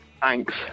thanks